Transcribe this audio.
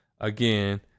again